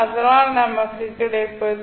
அதனால் நமக்கு கிடைப்பது